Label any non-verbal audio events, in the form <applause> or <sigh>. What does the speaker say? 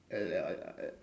<noise>